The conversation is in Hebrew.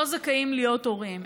לא זכאים להיות הורים.